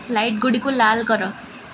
light ଗୁଡ଼ିକୁ ଲାଲ କର